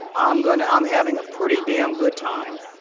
i'm going i'm having a pretty damn good time.